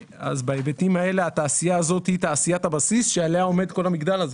בהיבטים האלה התעשייה הזאת היא תעשיית הבסיס שעליה עומד כל המגדל הזה.